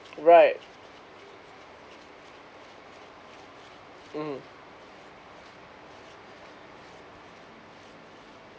right mm